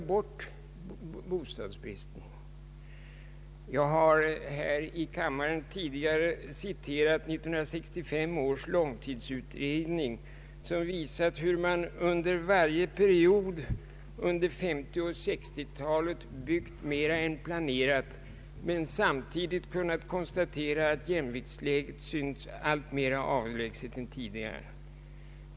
Jag har i kammaren tidigare citerat 1965 års långtidsutredning, som visade hur man under varje period av 1950 och 1960-talet byggt mera än planerat men samtidigt kunnat konstatera att jämviktsläget synts alltmer avlägset än tidigare.